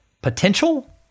Potential